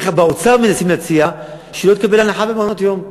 איך באוצר מנסים להציע שהיא לא תקבל הנחה במעונות-יום?